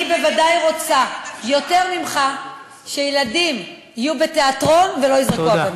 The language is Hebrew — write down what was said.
אני בוודאי רוצה יותר ממך שילדים יהיו בתיאטרון ולא יזרקו אבנים.